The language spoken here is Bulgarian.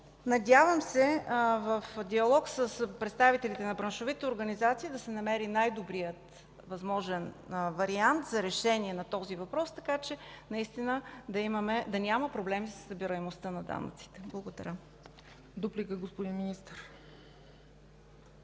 Надявам се в диалог с представителите на браншовите организации да се намери най-добрият възможен вариант за решение на този въпрос, така че наистина да няма проблем със събираемостта на данъците. Благодаря. ПРЕДСЕДАТЕЛ ЦЕЦКА